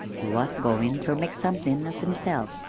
he was goin' ter make somethin' of himself,